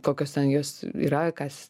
kokios ten jos yra kas